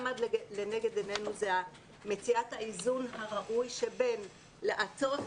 מה שעמד לנגד עינינו זה מציאת האיזון הראוי שבין לעשות,